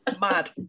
Mad